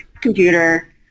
computer